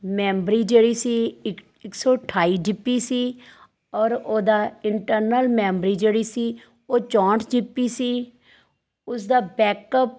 ਮੈਬਰੀ ਜਿਹੜੀ ਸੀ ਇਕ ਇੱਕ ਸੌ ਅਠਾਈ ਜੀ ਪੀ ਸੀ ਔਰ ਉਹਦਾ ਇੰਟਰਨਲ ਮੈਬਰੀ ਜਿਹੜੀ ਸੀ ਉਹ ਚੌਂਹਠ ਜੀ ਪੀ ਸੀ ਉਸਦਾ ਬੈਕਅੱਪ